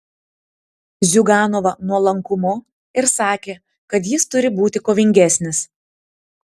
ziuganovą nuolankumu ir sakė kad jis turi būti kovingesnis